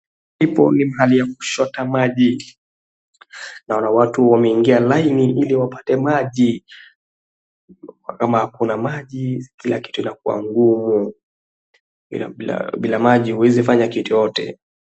Watu wapo kwenye laini kuchota maji. Bila maji maisha inakuwa ngumu. Bila maji huezi fanya kitu chochote.